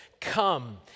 come